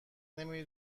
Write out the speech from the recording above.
نمی